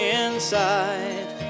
inside